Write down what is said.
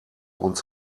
uns